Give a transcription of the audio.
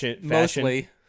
mostly